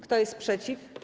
Kto jest przeciw?